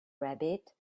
rabbit